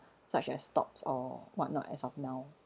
such as stocks or whatnot as of now